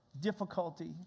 difficulty